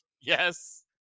Yes